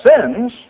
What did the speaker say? sins